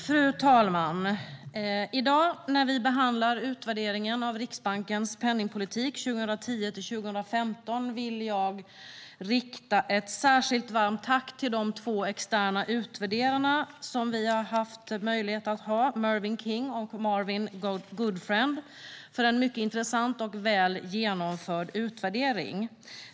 Fru talman! I dag när vi behandlar Utvärderingen av Riksbankens penningpolitik 2010 - 2015 vill jag rikta ett särskilt varmt tack till de två externa utvärderare som vi haft möjlighet att ha, Mervyn King och Marvin Goodfriend, för en mycket intressant och väl genomförd utvärdering.